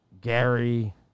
Gary